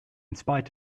spite